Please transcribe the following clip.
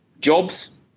jobs